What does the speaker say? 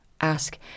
Ask